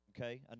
Okay